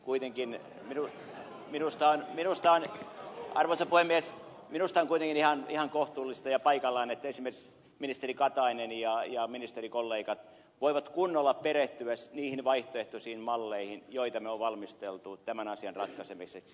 kuitenkin minusta on arvoisa puhemies ihan kohtuullista ja paikallaan että esimerkiksi ministeri katainen ja ministerikollegat voivat kunnolla perehtyä niihin vaihtoehtoisiin malleihin joita me olemme valmistelleet tämän asian ratkaisemiseksi